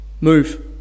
Move